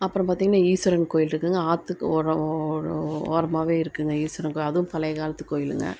அப்புறம் பார்த்தீங்கன்னா ஈஸ்வரன் கோயில் இருக்குதுங்க ஆத்துக்கு ஓரம் ஓரம் ஓரமாவே இருக்குதுங்க ஈஸ்வரன் கோயில் அதுவும் பழைய காலத்து கோயிலுங்க